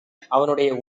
அவனுடைய